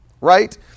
right